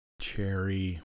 cherry